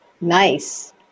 Nice